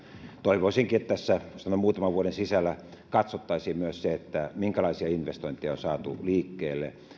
toivoisinkin että tässä muutaman vuoden sisällä katsottaisiin myös se minkälaisia investointeja on saatu liikkeelle